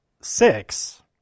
six